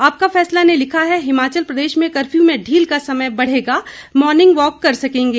आपका फैसला ने लिखा है हिमाचल प्रदेश में कर्फ्य्र में ढील का समय बढ़ेगा मॉर्निंग वॉक कर सकेंगे